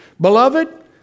Beloved